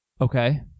Okay